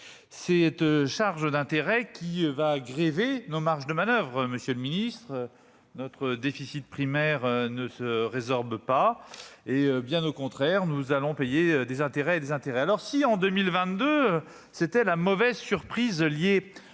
cette charge d'intérêt qui va grever nos marges de manoeuvre, monsieur le Ministre, notre déficit primaire ne se résorbe pas hé bien, au contraire, nous allons payer des intérêts et des intérêts, alors si en 2022 c'était la mauvaise surprise liée à